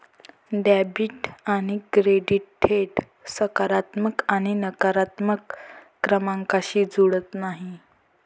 debit आणि credit थेट सकारात्मक आणि नकारात्मक क्रमांकांशी जुळत नाहीत